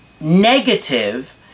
negative